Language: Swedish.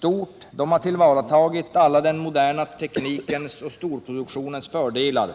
Man har tagit till vara alla den moderna teknikens och storproduktionens fördelar,